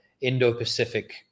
Indo-Pacific